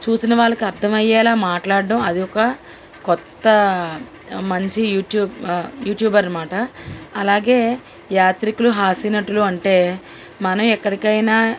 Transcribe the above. చూసిన వాళ్ళకు అర్థమయ్యేలా మాట్లాడడం అదొక కొత్త మంచి యూట్యూబ్ యూట్యూబర్ అన్నమాట అలాగే యాత్రికులు హాస్యనటులు అంటే మనం ఎక్కడికైనా